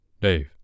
Dave